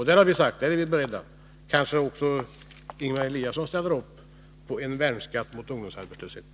Då har vi sagt att vi är beredda — och kanske också Ingemar Eliasson är det — att ställa upp på en värnskatt mot ungdomsarbetslösheten.